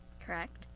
Correct